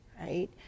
right